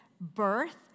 birth